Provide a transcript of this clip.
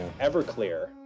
Everclear